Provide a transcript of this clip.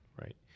right